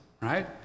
right